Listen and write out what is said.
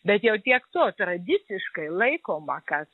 bet jau tiek to tradiciškai laikoma kad